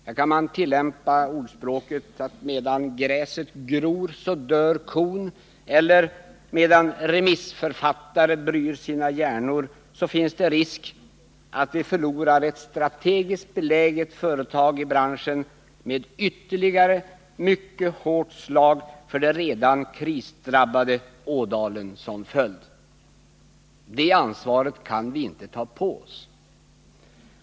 Här kan man tillämpa ordspråket att medan gräset gror dör kon — medan remissförfattarna bryr sina hjärnor finns det risk för att vi förlorar ett strategiskt beläget företag i branschen. Och som följd därav finns det risk för ytterligare ett mycket hårt slag för den redan krisdrabbade Ådalen. Det ansvaret kan vi inte ta på oss.